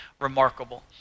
remarkable